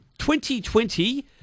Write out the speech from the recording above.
2020